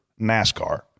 NASCAR